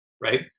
right